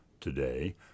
Today